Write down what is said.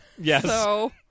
Yes